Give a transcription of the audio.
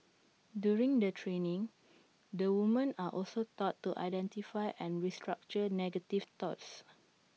during the training the women are also taught to identify and restructure negative thoughts